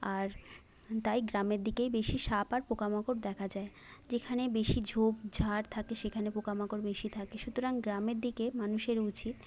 আর তাই গ্রামের দিকেই বেশি সাপ আর পোকা মাকড় দেখা যায় যেখানে বেশি ঝোপঝাড় থাকে সেখানে পোকামাকড় বেশি থাকে সুতরাং গ্রামের দিকে মানুষের উচিত